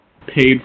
paid